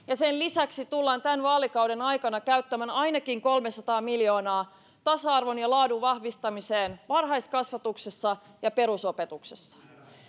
ja sen lisäksi tullaan tämän vaalikauden aikana käyttämään ainakin kolmesataa miljoonaa tasa arvon ja laadun vahvistamiseen varhaiskasvatuksessa ja perusopetuksessa